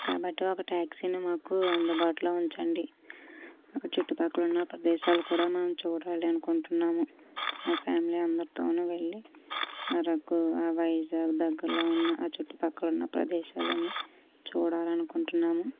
కాబట్టి ఒక టాక్సీని మాకు అందుబాటులో ఉంచండి మా చుట్టుపక్కల ఉన్న ప్రదేశాలు కూడా మేము చూడాలి అనుకుంటున్నాము నా ఫ్యామిలీ అందరితోను వెళ్లి అరకు ఆ వైజాగ్ దగ్గర్లో ఉన్న ఆ చుట్టుపక్కల ఉన్న ప్రదేశాలన్నీ చూడాలనుకుంటున్నాము